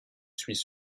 suis